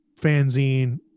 fanzine